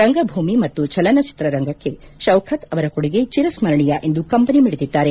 ರಂಗಭೂಮಿ ಮತ್ತು ಚಲನಚಿತ್ರ ರಂಗಕ್ಕೆ ಶೌಖತ್ ಅವರ ಕೊಡುಗೆ ಚಿರಸ್ತರಣೀಯ ಎಂದು ಕಂಬನಿ ಮಿಡಿದಿದ್ದಾರೆ